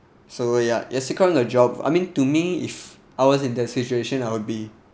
so ya yes take on the job I mean to me if I was in that situation I would be